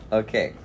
okay